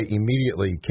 immediately